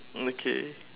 okay